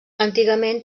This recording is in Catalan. antigament